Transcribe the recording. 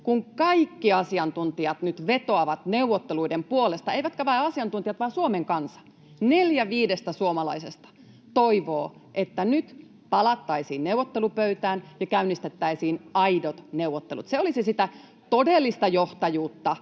kun kaikki asiantuntijat nyt vetoavat neuvotteluiden puolesta — eivätkä vain asiantuntijat vaan Suomen kansa. Neljä viidestä suomalaisesta toivoo, että nyt palattaisiin neuvottelupöytään ja käynnistettäisiin aidot neuvottelut. Se olisi sitä todellista johtajuutta,